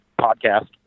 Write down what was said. podcast